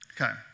Okay